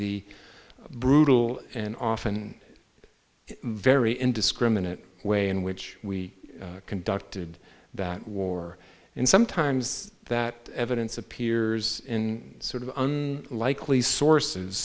the brutal and often very indiscriminate way in which we conducted that war and sometimes that evidence appears in sort of likely sources